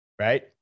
right